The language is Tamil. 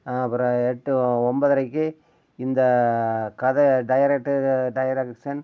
அப்புறம் எட்டு ஒன்பதரைக்கு இந்த கதை டைரக்டரு டைரக்சன்